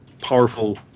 powerful